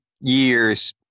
years